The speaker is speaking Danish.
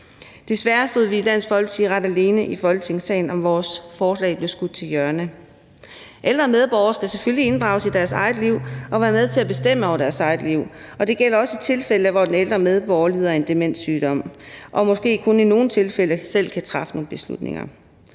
Desværre stod vi i Dansk Folkeparti ret alene i Folketingssalen, og vores forslag blev skudt til hjørne. Ældre medborgere skal selvfølgelig inddrages i deres liv og være med til at bestemme over deres eget liv, og det gælder også i tilfælde, hvor den ældre medborger lider af en demenssygdom og måske kun i nogle tilfælde selv kan træffe nogle beslutninger.